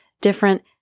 different